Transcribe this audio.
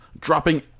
Dropping